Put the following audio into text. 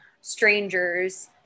strangers